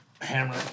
Hammer